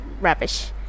rubbish